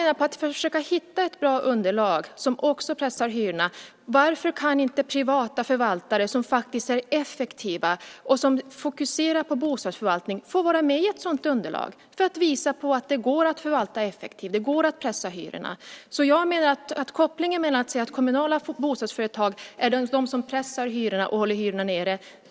Varför kan inte privata förvaltare som är effektiva och fokuserar på bostadsförvaltning få vara med i ett sådant underlag för att visa att det går att förvalta effektivt och att det går att pressa hyrorna? Jag ställer mig inte bakom slutsatsen att det är kommunala bostadsföretag som pressar hyrorna och håller hyrorna nere.